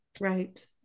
Right